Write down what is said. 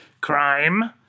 Crime